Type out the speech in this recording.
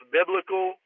biblical